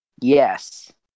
Yes